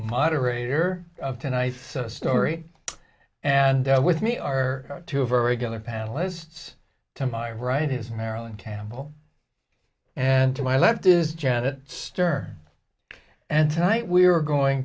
moderator of tonight's story and with me are two of our regular panelists to my right is marilyn campbell and to my left is janet stern and tonight we are going